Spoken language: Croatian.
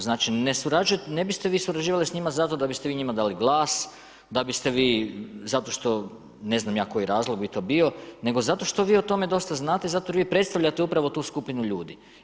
Znači ne biste vi surađivali s njima zato da biste vi njima dali glas, da biste vi zato što ne znam ja koji razlog bi to bio nego zato što vi o tome dosta znate i zato jer vi predstavljate upravo tu skupinu ljudi.